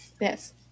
Yes